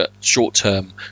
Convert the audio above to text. short-term